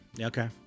Okay